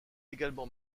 également